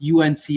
UNC